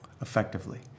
effectively